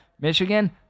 Michigan